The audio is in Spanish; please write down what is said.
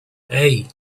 hey